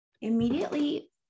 immediately